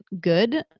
good